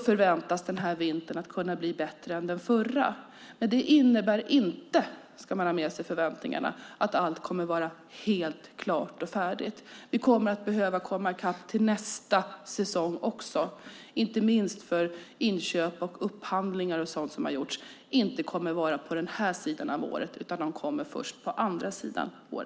förväntas den här vintern kunna bli bättre än den förra. Men det innebär inte - det ska man ha med sig i förväntningarna - att allt kommer att vara helt klart och färdigt. Vi kommer att behöva komma i kapp till nästa säsong också, inte minst för att inköp, upphandlingar och sådant som har gjorts inte ger resultat detta år utan först nästa år.